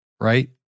right